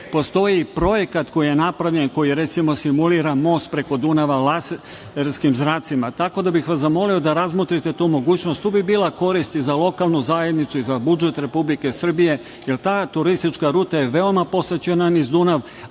Postoji projekat koji je napravljen i koji recimo simulira most preko Dunava, laserskim zracima, tako da bih vas zamolio da razmotrite tu mogućnost i tu bi bila korist za lokalnu zajednicu i za budžet Republike Srbije, jer ta turistička ruta je veoma posećena uz Dunav,